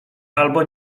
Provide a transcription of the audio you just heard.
albo